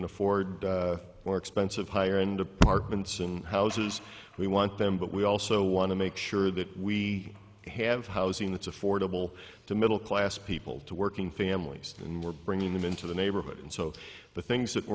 can afford more expensive higher end apartments and houses we want them but we also want to make sure that we have housing that's affordable to middle class people to working families and we're bringing them into the neighborhood and so the things that